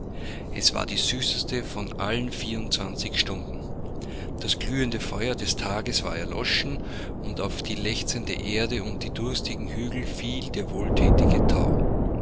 es war die süßeste von allen vierundzwanzig stunden das glühende feuer des tages war erloschen und auf die lechzende erde und die durstigen hügel fiel der wohlthätige thau